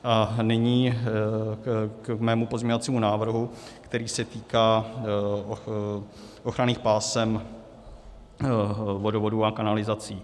A nyní k mému pozměňovacímu návrhu, který se týká ochranných pásem vodovodů a kanalizací.